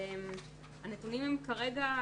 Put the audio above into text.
הנתונים כרגע,